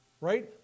right